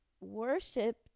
worship